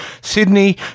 Sydney